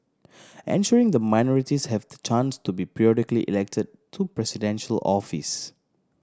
ensuring the minorities have the chance to be periodically elected to Presidential office